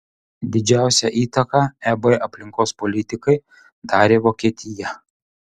didžiausią įtaką eb aplinkos politikai darė vokietija